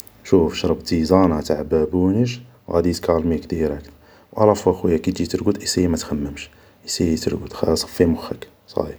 شوف شرب تيزان تاع بابونج غادي تكالميك ديراكت, و الافوا خويا كي تجي ترقد ايسيي ما تخممش ايسايي ترقد صفي مخك صايي